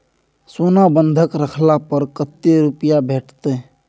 सोना बंधक रखला पर कत्ते रुपिया भेटतै?